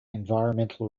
environmental